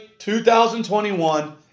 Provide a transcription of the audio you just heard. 2021